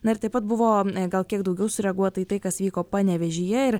na ir taip pat buvo gal kiek daugiau sureaguota į tai kas vyko panevėžyje ir